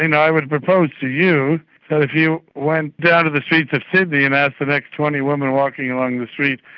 and i would propose to you that if you went down to the streets of sydney and asked the next twenty women walking along the street,